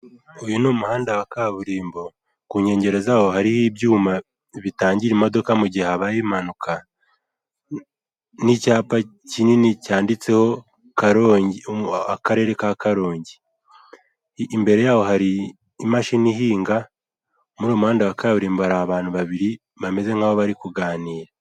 Uyu ni umuhanda wa kaburimbo, ku nkengero zawo hariho ibyuma bitangira imodoka mu gihe habaye impanuka n'icyapa kinini cyanditseho akarere ka Karongi, imbere yaho hari imashini ihinga, muri uwo muhanda wa kaburimbo hari abantu babiri bameze nk'aho bari kuganira.